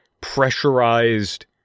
pressurized